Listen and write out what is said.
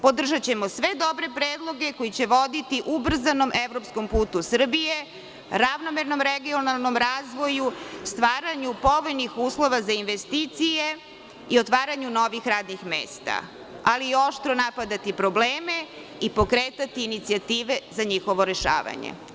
Podržaćemo sve dobre predloge koji će voditi ubrzanom evropskom putu Srbije, ravnomernom regionalnom razvoju, stvaranju povoljnih uslova za investicije, i otvaranju novih radnih mesta, ali oštro napadati probleme i pokretati inicijative za njihovo rešavanje.